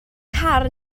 car